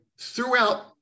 throughout